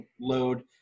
load